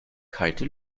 kalte